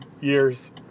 years